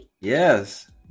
Yes